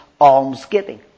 almsgiving